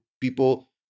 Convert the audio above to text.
People